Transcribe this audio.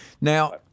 Now